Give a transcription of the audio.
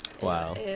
Wow